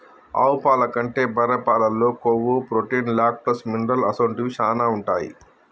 ఆవు పాల కంటే బర్రె పాలల్లో కొవ్వు, ప్రోటీన్, లాక్టోస్, మినరల్ అసొంటివి శానా ఉంటాయి